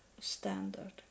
standard